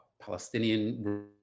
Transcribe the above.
Palestinian